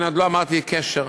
עוד לא אמרתי קשר.